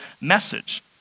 message